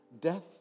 Death